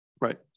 Right